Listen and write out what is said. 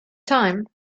time